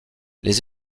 les